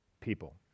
people